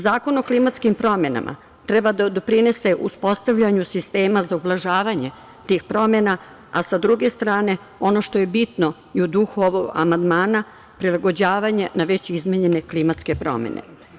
Zakon o klimatskim promenama treba da doprinese uspostavljanju sistema za ublažavanje tih promena, a sa druge strane ono što je bitno i u duhu ovog amandmana prilagođavanje na već izmenjene klimatske promene.